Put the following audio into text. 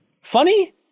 Funny